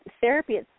therapy